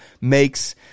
makes